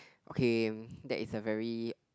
okay that is a very